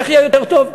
איך יהיה יותר טוב?